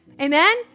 Amen